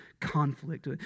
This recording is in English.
conflict